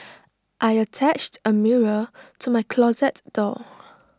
I attached A mirror to my closet door